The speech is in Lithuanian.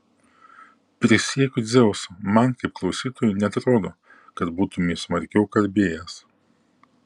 prisiekiu dzeusu man kaip klausytojui neatrodo kad būtumei smarkiau kalbėjęs